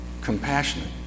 compassionate